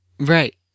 Right